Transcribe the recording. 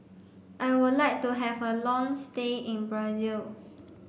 I would like to have a long stay in Brazil